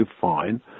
fine